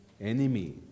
Enemy